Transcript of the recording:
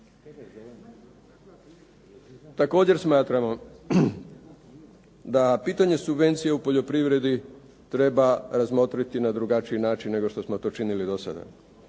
Također smatramo da pitanje subvencija u poljoprivredi treba razmotriti na drugačiji način nego što smo to činili do sada.